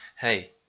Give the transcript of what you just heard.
hey